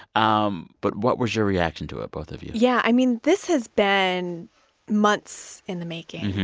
um but what was your reaction to it, both of you? yeah. i mean, this has been months in the making.